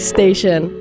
Station